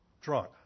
drunk